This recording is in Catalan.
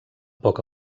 poc